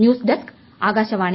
news desk Akashvani